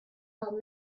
old